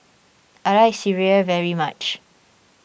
I like Sireh very much